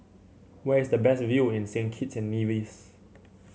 where is the best view in Saint Kitts and Nevis